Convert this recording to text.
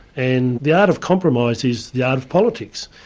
and the art of compromise is the art of politics,